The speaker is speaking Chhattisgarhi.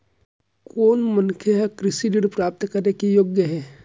कोन मनखे ह कृषि ऋण प्राप्त करे के योग्य हे?